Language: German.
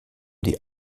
die